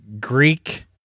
Greek